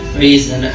reason